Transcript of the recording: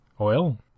Oil